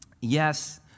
Yes